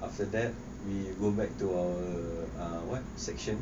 after that we go back to our what section